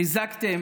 חיזקתם